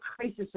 crisis